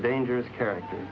dangerous character